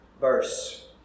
verse